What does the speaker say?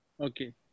Okay